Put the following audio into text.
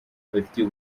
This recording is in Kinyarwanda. babifitiye